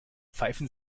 pfeifen